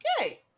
Okay